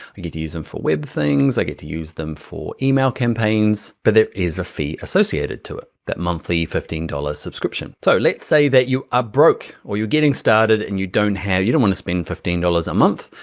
i get to use them for web things, i get to use them for email campaigns, but there's a fee associated to it that monthly fifteen dollars subscription. so let's say that you are broke, or you're getting started and you don't have, you don't wanna spend fifteen dollars a month,